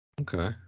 Okay